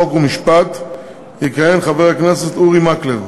חוק ומשפט יכהן חבר הכנסת אורי מקלב,